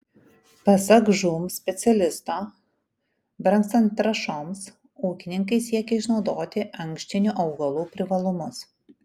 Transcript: pasak žūm specialisto brangstant trąšoms ūkininkai siekia išnaudoti ankštinių augalų privalumus